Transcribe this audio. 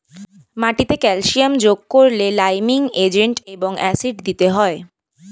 মাটিতে ক্যালসিয়াম যোগ করলে লাইমিং এজেন্ট এবং অ্যাসিড দিতে হয়